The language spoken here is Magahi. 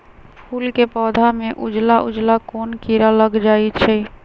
फूल के पौधा में उजला उजला कोन किरा लग जई छइ?